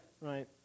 right